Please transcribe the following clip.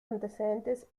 antecedentes